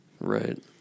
Right